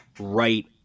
right